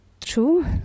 true